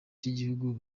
cy’igihugu